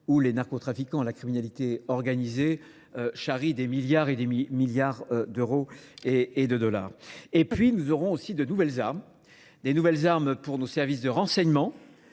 où les narcotrafiquants à la criminalité organisée charient des milliards et des milliards d'euros et de dollars. Et puis nous aurons aussi de nouvelles armes, des nouvelles armes pour nos services de renseignement,